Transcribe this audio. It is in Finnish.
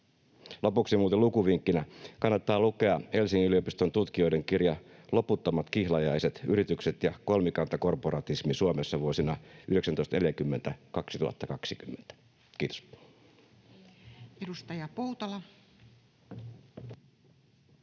Lopuksi muuten lukuvinkkinä: kannattaa lukea Helsingin yliopiston tutkijoiden kirja ”Loputtomat kihlajaiset: yritykset ja kolmikantakorporatismi Suomessa 1940—2020. — Kiitos.